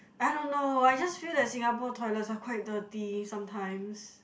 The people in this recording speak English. I don't know I just feel that Singapore toilets are quite dirty sometimes